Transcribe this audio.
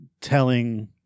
telling